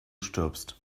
stirbst